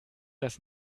das